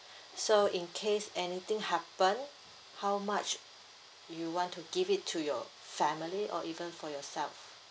so in case anything happen how much you want to give it to your family or even for yourself